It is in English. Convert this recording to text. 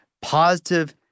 positive